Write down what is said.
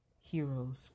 heroes